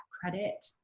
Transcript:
credit